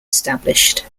established